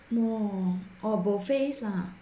oh orh bo phase lah